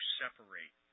separate